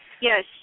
Yes